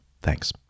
Thanks